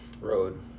Road